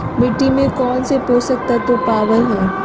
मिट्टी में कौन से पोषक तत्व पावय हैय?